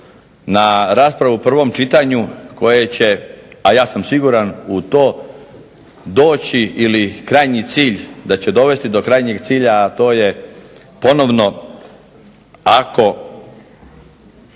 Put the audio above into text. na raspravu u prvom čitanju koje će a ja sam siguran u to doći ili krajnji cilj, da će dovesti do krajnjeg cilja a to je ponovno ako